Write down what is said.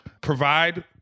provide